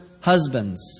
husbands